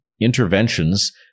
interventions